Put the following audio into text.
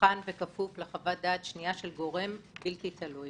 נבחן וכפוף לחוות דעת שנייה של גורם בלתי תלוי.